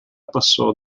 passò